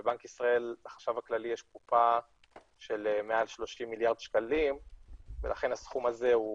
בבנק ישראל לחשב הכללי יש קופה של מעל 30 מיליארד שקלים ולכן הסכום הזה,